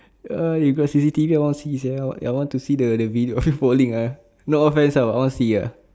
ah you got C_C_T_V I want see sia eh I want to see the the video falling uh no offence uh I want see uh